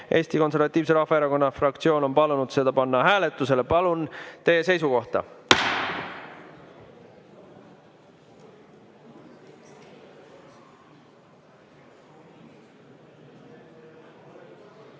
Eesti Konservatiivse Rahvaerakonna fraktsioon on palunud selle panna hääletusele. Palun teie seisukohta!